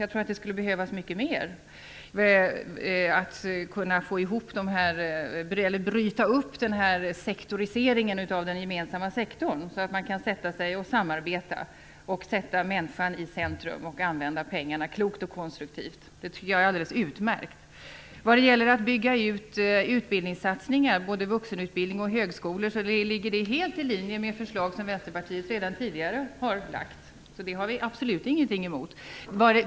Jag tror att det skulle behövas mycket mer för att bryta upp sektoriseringen inom den gemensamma sektorn så att man kan samarbeta, sätta människan i centrum och använda pengarna klokt och konstruktivt. Det tycker jag är alldeles utmärkt. Vad gäller att bygga ut utbildningssatsningar både inom vuxenutbildningen och i högskolor ligger det helt i linje med det förslag som Vänsterpartiet redan tidigare har lagt fram. Det har vi absolut ingenting emot.